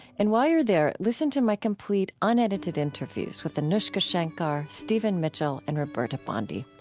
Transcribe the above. and while you are there listen to my complete unedited interviews with anoushka shankar, stephen mitchell, and roberta bondi.